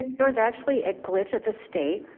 there was actually a glitch at the state,